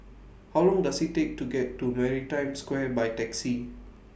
How Long Does IT Take to get to Maritime Square By Taxi